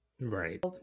right